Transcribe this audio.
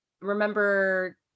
remember